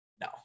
No